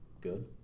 good